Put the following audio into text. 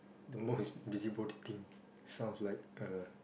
the most busybody thing sounds like a